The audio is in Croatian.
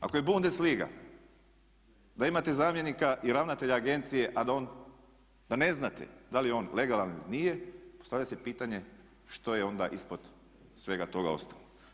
Ako je Bundesliga da imate zamjenika i ravnatelja agencije a da ne znate da li je on legalan ili nije, postavlja se pitanje što je onda ispod svega toga ostalo?